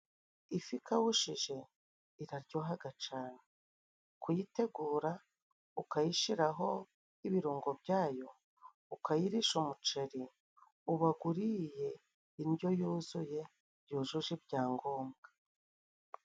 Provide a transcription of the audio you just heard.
Ifi ikawushije iraryohaga cane kuyitegura ukayishiraho ibirungo byayo ukayirisha umuceri ubaguriye indyo yuzuye byujuje ibyangombwa.